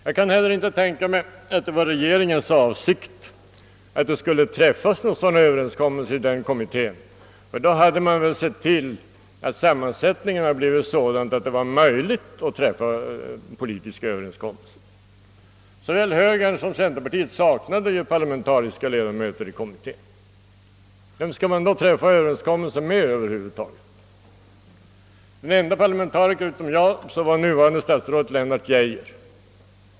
Jag kan inte heller tänka mig att det var regeringens avsikt att det skulle träffas sådana öÖöverenskommelser i denna kommitté, ty då borde man ju ha sett till att sammansättningen blivit sådan, att det var möjligt att träffa politiska överenskommelser. Såväl högern som centerpartiet saknade parlamentariska ledamöter i kommittén. Vem skall man då träffa överenskommelser med över huvud taget? Den ende parlamentarikern utom jag var nuvarande statsrådet Lennart Geijer.